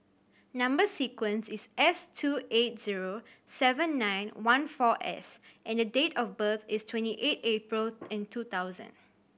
number sequence is S two eight zero seven nine one four S and the date of birth is twenty eight April and two thousand